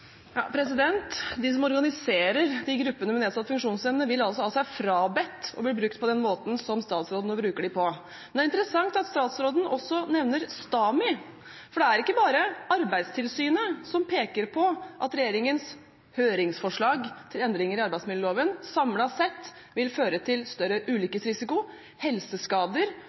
De som organiserer de gruppene med nedsatt funksjonsevne, vil altså ha seg frabedt å bli brukt på den måten som statsråden nå bruker dem på. Men det er interessant at statsråden også nevner STAMI, for det er ikke bare Arbeidstilsynet som peker på at regjeringens høringsforslag til endringer i arbeidsmiljøloven samlet sett vil føre til større ulykkesrisiko og helseskader